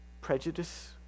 prejudice